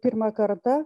pirmą kartą